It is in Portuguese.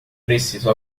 preciso